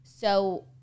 So-